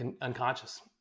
unconscious